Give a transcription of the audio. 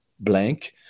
blank